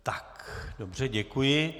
Tak, dobře, děkuji.